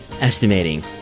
estimating